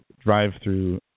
drive-through